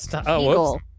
Eagle